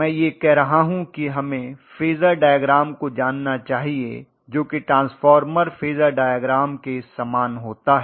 मैं यह कह रहा हूं कि हमें फेजर डायग्राम को जानना चाहिए जो कि ट्रांसफॉर्मर फेजर डायग्राम के समान होता है